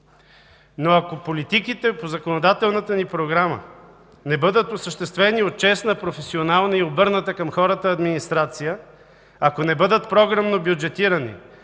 Но ако политиките по законодателната ни програма не бъдат осъществени от честна, професионална и обърната към хората администрация, ако не бъдат програмно бюджетирани